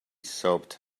sobbed